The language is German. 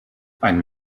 ein